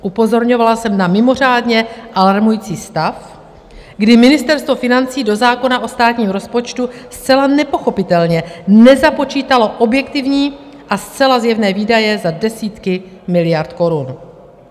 Upozorňovala jsem na mimořádně alarmující stav, kdy Ministerstvo financí do zákona o státním rozpočtu zcela nepochopitelně nezapočítalo objektivní a zcela zjevné výdaje za desítky miliard korun.